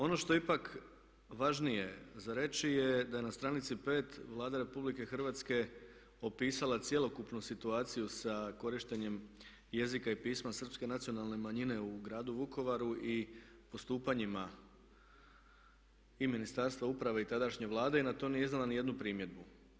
Ono što je ipak važnije za reći je da je na stranici 5 Vlada Republike Hrvatske opisala cjelokupnu situaciju sa korištenjem jezika i pisma Srpske nacionalne manjine u gradu Vukovaru i postupanjima i ministarstva uprave i tadašnje Vlade i na to nije izdala niti jednu primjedbu.